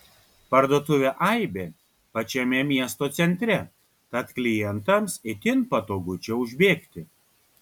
parduotuvė aibė pačiame miesto centre tad klientams itin patogu čia užbėgti